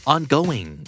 Ongoing